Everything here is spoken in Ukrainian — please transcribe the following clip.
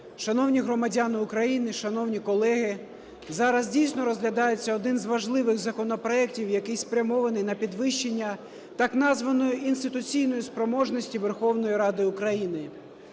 Шановні громадяни України, шановні колеги! Зараз дійсно розглядається один з важливих законопроектів, який спрямований на підвищення так званої "інституційної спроможності" Верховної Ради України.